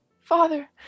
Father